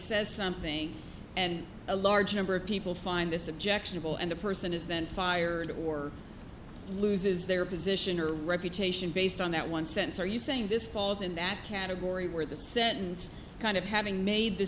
says something and a large number of people find this objectionable and the person is then fired or loses their position or reputation based on that one sense are you saying this falls in that category where the sentence kind of having made th